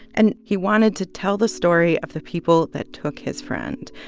and he wanted to tell the story of the people that took his friend.